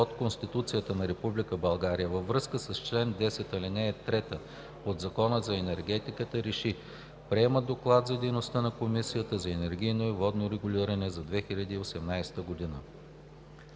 от Конституцията на Република България във връзка с чл. 10, ал. 3 от Закона за енергетиката РЕШИ: Приема Доклад за дейността на Комисията за енергийно и водно регулиране за 2018 г.“